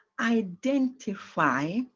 identify